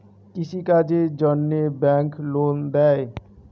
কৃষি কাজের জন্যে ব্যাংক লোন দেয়?